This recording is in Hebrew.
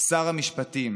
שר המשפטים